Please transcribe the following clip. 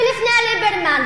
ולפני ליברמן,